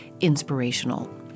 inspirational